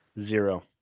Zero